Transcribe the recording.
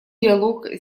диалог